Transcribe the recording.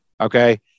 okay